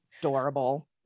adorable